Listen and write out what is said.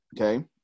Okay